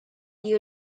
you